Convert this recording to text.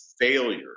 failure